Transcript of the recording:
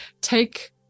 take